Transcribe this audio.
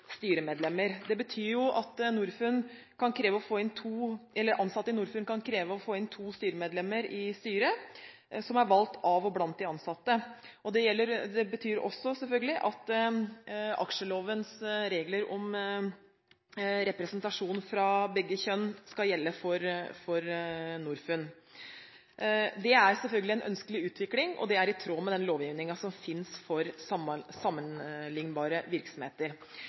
styremedlemmer. Det betyr at ansatte i Norfund kan kreve å få inn to medlemmer i styret som er valgt av og blant de ansatte. Det betyr også at aksjelovens regler om representasjon av begge kjønn skal gjelde for Norfund. Det er selvfølgelig en ønskelig utvikling, og det er i tråd med den lovgivningen som fins for sammenlignbare virksomheter.